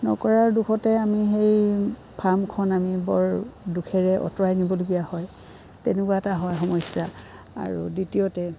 নকৰাৰ দুখতে আমি সেই ফাৰ্মখন আমি বৰ দুখেৰে আঁতৰাই দিবলগীয়া হয় তেনেকুৱা এটা হয় সমস্যা আৰু দ্বিতীয়তে